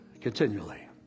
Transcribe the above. continually